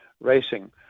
racing